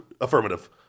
Affirmative